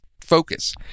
focus